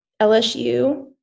LSU